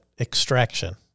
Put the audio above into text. extraction